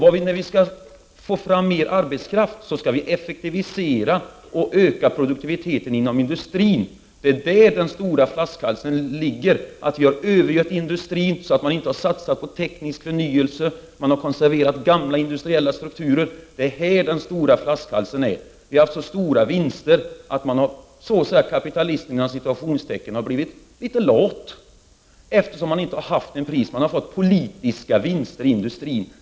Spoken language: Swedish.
För att få fram mera arbetskraft skall vi effektivisera och öka produktiviteten inom industrin — det är där den stora flaskhalsen finns; vi har övergött industrin så att den inte har satsat på teknisk förnyelse utan konserverat gamla industriella strukturer. Det är där den stora flaskhalsen finns. ”Kapitalisterna” har haft så stora vinster att de så att säga blivit litet lata.